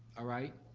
ah right,